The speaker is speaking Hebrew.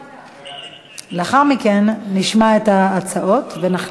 לאחר מכן נשמע את ההצעות ונחליט.